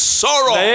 sorrow